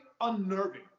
unnerving